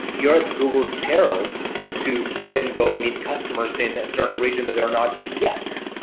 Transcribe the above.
you're at google peril to wait and go meet customers in a certain region that they are not in yet.